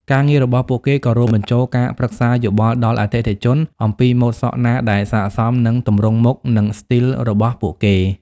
ការងាររបស់ពួកគេក៏រួមបញ្ចូលការប្រឹក្សាយោបល់ដល់អតិថិជនអំពីម៉ូដសក់ណាដែលស័ក្តិសមនឹងទម្រង់មុខនិងស្ទីលរបស់ពួកគេ។